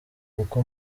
kuko